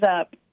up